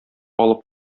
алып